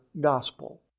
gospel